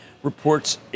reports